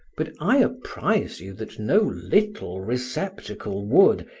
but i apprise you that no little receptacle would,